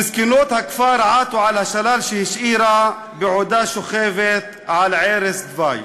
זקנות הכפר עטו על השלל שהשאירה בעודה שוכבת על ערש דווי.